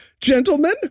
Gentlemen